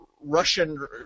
Russian